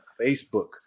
Facebook